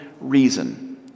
reason